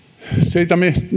siitä mihin